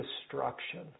destruction